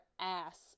ass